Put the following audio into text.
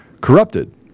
corrupted